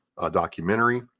documentary